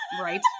Right